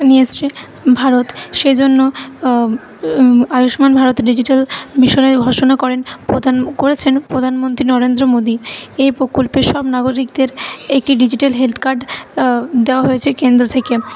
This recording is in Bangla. নিয়ে এসেছে ভারত সেই জন্য আয়ুস্মান ভারত ডিজিটাল মিশনের ঘোষণা করেন প্রধান করেছেন প্রধানমন্ত্রী নরেন্দ্র মোদী এই প্রকল্পের সব নাগরিকদের একটি ডিজিটাল হেলথ কার্ড দেওয়া হয়েছে কেন্দ্র থেকে